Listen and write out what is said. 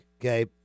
okay